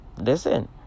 Listen